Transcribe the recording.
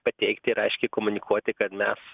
pateikti ir aiškiai komunikuoti kad mes